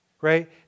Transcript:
Right